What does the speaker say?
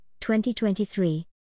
2023